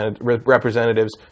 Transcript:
representatives